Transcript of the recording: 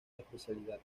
especialidad